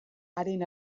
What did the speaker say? aren